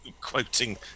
quoting